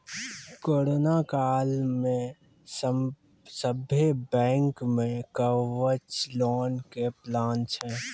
corona काल मे सभ्भे बैंक मे कवच लोन के प्लान छै